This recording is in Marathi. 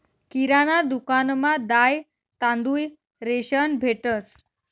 किराणा दुकानमा दाय, तांदूय, रेशन भेटंस